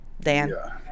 Dan